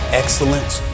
excellence